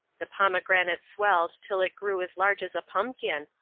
the pomegranate swelled till it grew as large as a pumpkin,